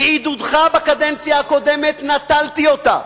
בעידודך בקדנציה הקודמת נטלתי אותה,